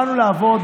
באנו לעבוד,